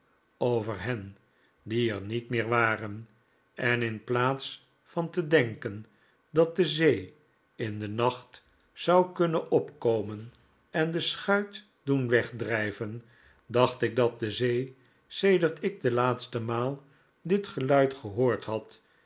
over hen die er nit meer waren en in plaats van te denken dat de zee in den nacht zou kunnen opkomen en de schuit doen wegdrijven dacht ik dat de zee sedert ik de laatste maal dit geluid gehoord had